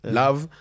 love